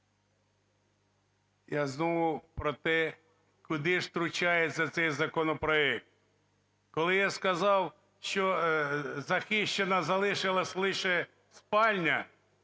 Я знову про те, куди ж втручається цей законопроект. Коли я сказав, що захищена залишилась лише спальня,